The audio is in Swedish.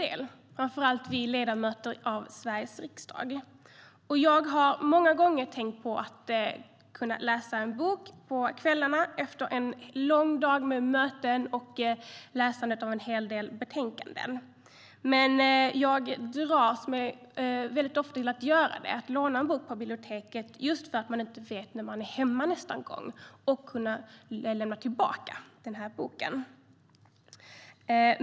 Det gäller framför allt oss ledamöter i Sveriges riksdag. Jag har många gånger tänkt att jag vill läsa en bok på kvällen, efter en lång dag med möten och läsande av en hel del betänkanden. Men jag drar mig ofta för att låna en bok på biblioteket eftersom jag inte vet när jag är hemma nästa gång och hinner lämna tillbaka boken.